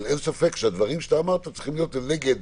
אבל אין ספק שהדברים שאמרת צריכים להיות נגד